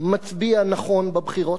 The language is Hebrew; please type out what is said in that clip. מצביע נכון בבחירות,